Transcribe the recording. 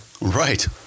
Right